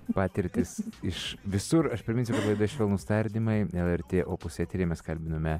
patirtys iš visur aš priminsiu kad laidoje švelnūs tardymai lrt opus eteryje mes kalbiname